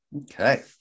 Okay